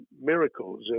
miracles